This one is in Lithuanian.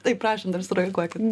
taip prašom dar sureaguokit